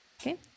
Okay